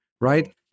right